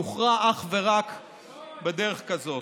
הוא יוכרע אך ורק בדרך כזאת.